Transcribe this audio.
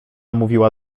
mówiła